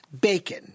bacon